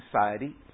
society